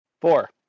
Four